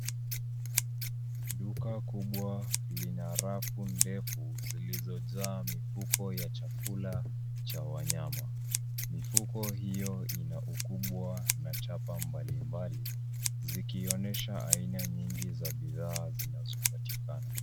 Duka kubwa lina rafu ndefu zilizojaa mifuko ya chakula cha wanyama. Mifuko hiyo ina ukubwa na chapa mbalimbali, zikionyesha aina nyingi za bidhaa zinazopatikana.